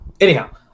Anyhow